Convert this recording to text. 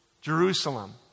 Jerusalem